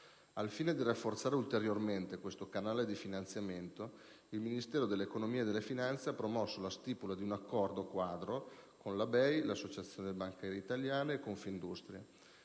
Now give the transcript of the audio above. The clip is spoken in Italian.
Al fine di rafforzare ulteriormente questo canale di finanziamento, il Ministero dell'economia e delle finanze ha promosso la stipula di un accordo quadro fra Banca europea per gli investimenti, Associazione bancaria italiana e Confindustria.